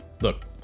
look